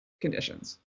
conditions